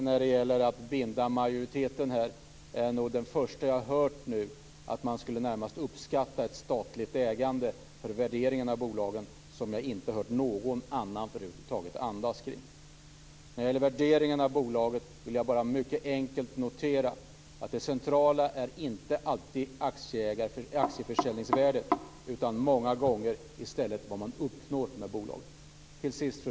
Från majoriteten sida är det första gången jag hört att ett statligt ägande skulle uppskattas för värderingen av bolagen. Det har jag inte hör någon annan förut över huvud taget andas kring. Jag vill sedan bara mycket enkelt notera att det centrala vid värderingen av bolaget inte alltid är aktieförsäljningsvärdet utan många gånger i stället vad man uppnår med bolaget. Fru talman!